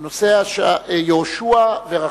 הנושא הוא יהושע ורחב.